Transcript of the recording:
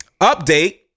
Update